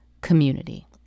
community